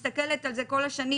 ומסתכלת על זה כל השנים,